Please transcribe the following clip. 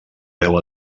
veu